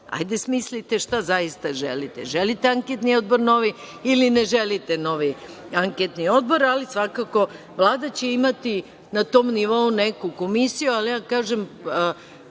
Hajde smislite šta zaista želite. Želite novi anketni odbor, ili ne želite novi anketni odbor. Svakako, Vlada će imati na tom nivou neku komisiju, ali ja kažem,